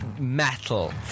metal